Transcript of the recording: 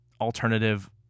alternative